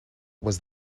was